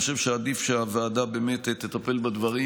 אני חושב שעדיף שהוועדה תטפל בדברים.